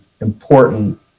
important